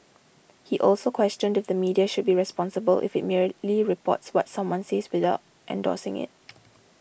he also questioned if the media should be responsible if it merely reports what someone says without endorsing it